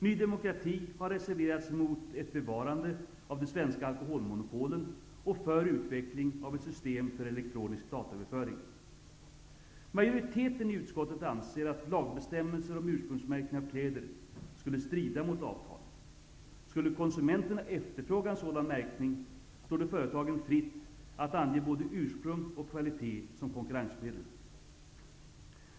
Ny demokrati har reserverat sig mot ett bevarande av de svenska alkoholmonopolen och för utveckling av ett system för elektronisk dataöverföring. Majoriteten i utskottet anser att lagbestämmelser om ursprungsmärkning av kläder skulle strida mot avtalet. Skulle konsumenterna efterfråga en sådan märkning står det företagen fritt att ange både ursprung och kvalitet som konkurrensmedel.